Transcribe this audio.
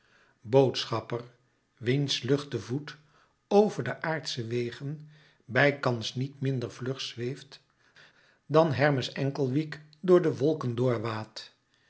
boodschapper wiens luchte voet over de aardsche wegen bijkans niet minder vlug zweeft dan hermes enkelwiek de wolken